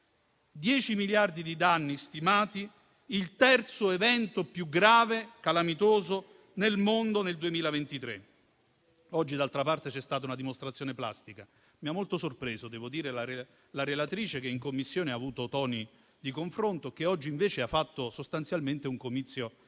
miliardi di danni stimati, il terzo evento calamitoso più grave nel mondo nel 2023. Oggi, d'altra parte, c'è stata una dimostrazione plastica. Mi ha molto sorpreso la relatrice, che in Commissione ha avuto toni di confronto, che oggi invece ha fatto sostanzialmente un comizio